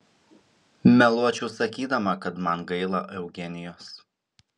meluočiau sakydama kad man gaila eugenijos